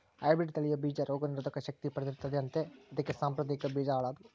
hybrid ತಳಿಯ ಬೀಜ ರೋಗ ನಿರೋಧಕ ಶಕ್ತಿ ಪಡೆದಿರುತ್ತದೆ ಅಂತೆ ಅದಕ್ಕೆ ಸಾಂಪ್ರದಾಯಿಕ ಬೀಜ ಹಾಳಾದ್ವು